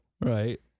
right